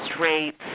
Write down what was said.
rates